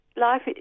life